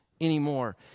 anymore